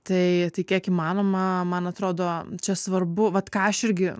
tai tai kiek įmanoma man atrodo čia svarbu vat ką aš irgi